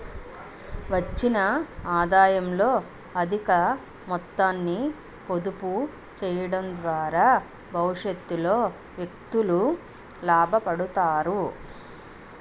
వచ్చిన ఆదాయంలో అధిక మొత్తాన్ని పొదుపు చేయడం ద్వారా భవిష్యత్తులో వ్యక్తులు లాభపడతారు